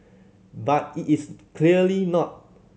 but it is clearly not